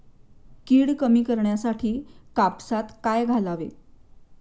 कीड कमी करण्यासाठी कापसात काय घालावे?